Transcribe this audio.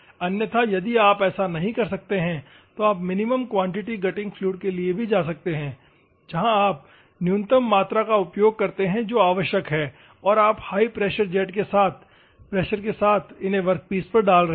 अन्यथा यदि आप ऐसा नहीं कर सकते हैं तो आप मिनिमम क्वांटिटी ग्राइंडिंग फ्लूइड के लिए जा सकते हैं जहां आप न्यूनतम मात्रा का उपयोग करते हैं जो आवश्यक है और आप हाई प्रेशर जेट के साथ प्रेशर के साथ इन्हे वर्कपीस पर डाल रहे हैं